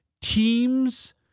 teams